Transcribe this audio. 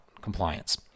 compliance